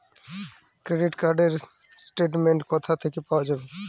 Credit card র statement কোথা থেকে পাওয়া যাবে?